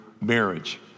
marriage